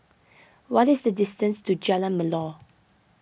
what is the distance to Jalan Melor